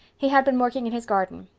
he had been working in his garden.